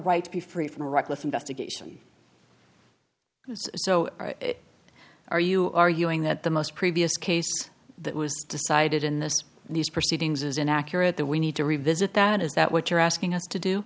right to be free from reckless investigation so are you arguing that the most previous case that was decided in this these proceedings is inaccurate that we need to revisit that is that what you're asking us to do